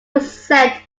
percent